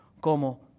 como